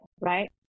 right